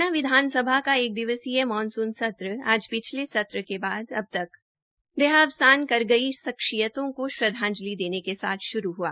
हरियाणा विधानसभा का एक दिवसीय मानसून सत्र आज पिछले सत्र के बाद अब तक देहावसान कर गई शख्सितयों को श्रद्वांजिल देने के साथ श्रू हुआ